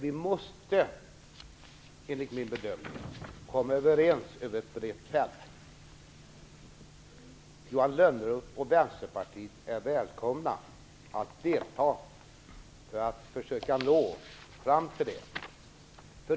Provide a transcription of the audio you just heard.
Vi måste enligt min bedömning komma överens över ett brett fält. Johan Lönnroth och Vänsterpartiet är välkomna att delta i arbetet med att försöka nå fram till det.